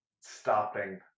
stopping